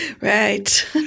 Right